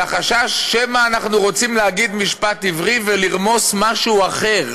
של החשש שמא אנחנו רוצים להגיד משפט עברי ולרמוס משהו אחר,